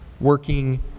working